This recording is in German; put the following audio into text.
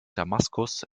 damaskus